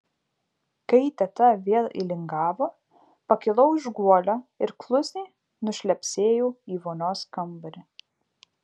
kai teta vėl įlingavo pakilau iš guolio ir klusniai nušlepsėjau į vonios kambarį